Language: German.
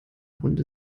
runde